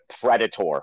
predator